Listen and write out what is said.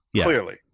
clearly